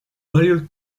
balliol